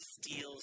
steals